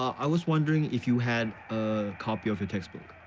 i was wondering if you had a copy of your textbook.